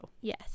Yes